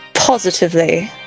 positively